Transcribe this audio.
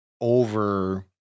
over